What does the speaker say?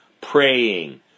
praying